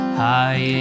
high